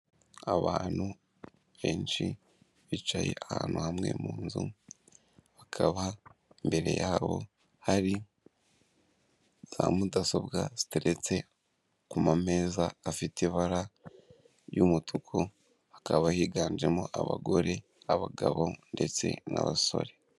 Abantu benshi bicaye ahantu hamwe mu nzu, bakaba mbere yabo hari za mudasobwa ziteretse ku mameza afite ibara ry'umutuku, hakaba higanjemo abagore, abagabo ndetse n'abasore.